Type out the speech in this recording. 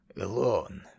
alone